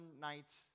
nights